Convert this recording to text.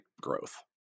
growth